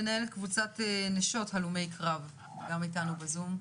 מנהלת קבוצת נשות הלומי קרב גם איתנו בזום.